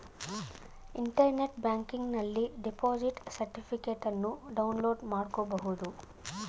internet ಬ್ಯಾಂಕಿಂಗನಲ್ಲಿ deposit ಸರ್ಟಿಫಿಕೇಟನ್ನು download ಮಾಡ್ಕೋಬಹುದು